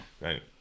Right